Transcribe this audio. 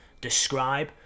describe